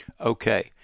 Okay